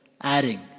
Adding